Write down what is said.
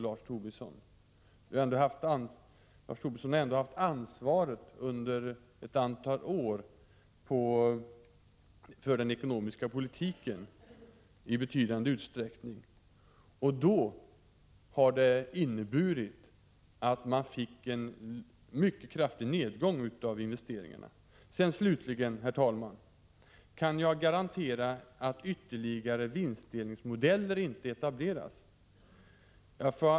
Lars Tobisson har ju ändå under ett antal år i betydande utsträckning haft ansvaret för den ekonomiska politiken, och då fick man en mycket kraftig nedgång av investeringarna. Slutligen, herr talman: Kan jag garantera att ytterligare vinstdelningsmodeller inte etableras?